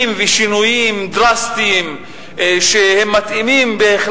ושינויים דרסטיים שהם בהחלט מתאימים,